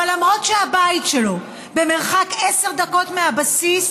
אבל למרות שהבית שלו במרחק עשר דקות מהבסיס,